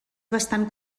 bastant